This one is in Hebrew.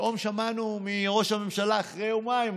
פתאום שמענו שראש הממשלה אחרי יומיים